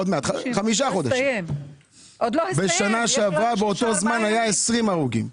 בשנה שעברה באותו הזמן היו כ-20 הרוגים.